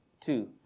Two